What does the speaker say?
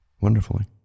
Wonderfully